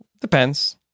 depends